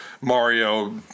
Mario